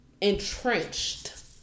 entrenched